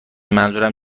منظورم